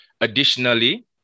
Additionally